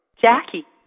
Jackie